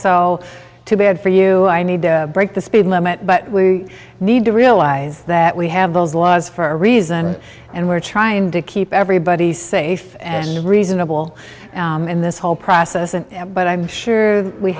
so too bad for you i need to break the speed limit but we need to realize that we have those laws for a reason and we're trying to keep everybody safe and reasonable in this whole process and but i'm sure